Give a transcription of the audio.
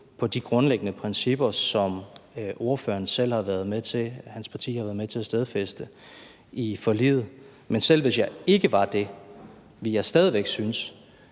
på de grundlæggende principper, som ordførerens parti selv har været med til at stadfæste i forliget. Men selv hvis jeg ikke var det, ville jeg stadig væk af